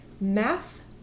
Math